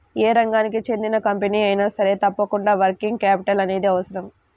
యే రంగానికి చెందిన కంపెనీ అయినా సరే తప్పకుండా వర్కింగ్ క్యాపిటల్ అనేది అవసరం